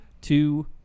two